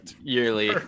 Yearly